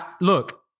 Look